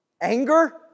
anger